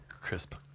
crisp